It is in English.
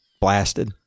blasted